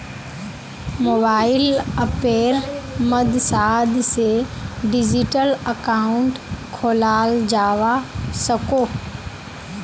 mobile अप्पेर मद्साद से डिजिटल अकाउंट खोलाल जावा सकोह